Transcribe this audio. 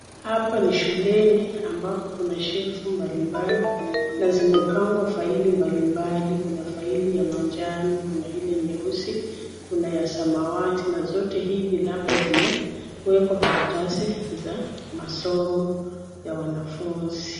Hapa ni shuleni ambako kuna shelfu mbalimbali na zimepangwa faili mbalimbali. Kuna faili ya manjano, kuna ile nyeusi, kuna ya samawati na zote hivi labda zimewekwa karatasi za masomo ya wanafunzi.